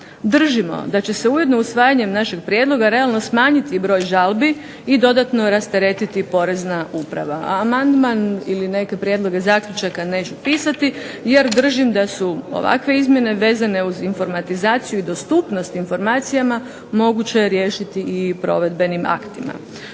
Držimo da će se ujedno usvajanjem našeg prijedloga realno smanjiti broj žalbi, i dodatno rasteretiti porezna uprava, a amandman ili neke prijedloge zaključaka neću pisati, jer držim da su ovakve izmjene vezane uz informatizaciju i dostupnost informacijama moguće riješiti i provedbenim aktima.